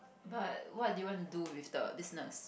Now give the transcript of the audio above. but what did you want to do with the business